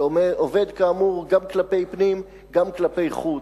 שעובד, כאמור, גם כלפי פנים, גם כלפי חוץ,